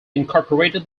incorporated